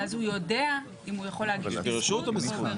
ואז הוא יודע אם הוא יכול להגיש ברשות או בזכות.